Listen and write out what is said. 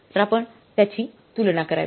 तर आपण त्याची तुलना करावी